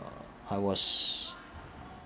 I was